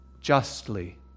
justly